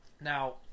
Now